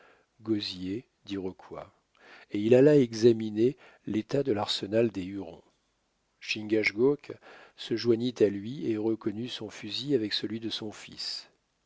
gosier d'iroquois et il alla examiner l'état de l'arsenal des hurons chingachgook se joignit à lui et reconnut son fusil avec celui de son fils